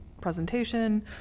presentation